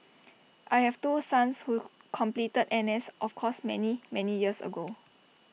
I have two sons who completed N S of course many many years ago